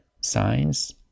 Science